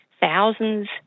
thousands